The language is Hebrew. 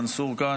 מנסור כאן.